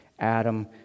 Adam